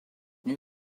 new